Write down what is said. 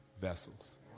vessels